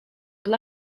dla